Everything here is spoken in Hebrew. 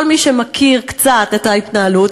כל מי שמכיר קצת את ההתנהלות,